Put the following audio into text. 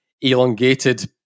elongated